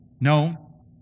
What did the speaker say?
No